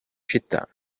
città